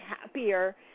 happier